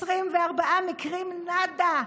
24 מקרים, נאדה,